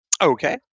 Okay